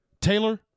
Taylor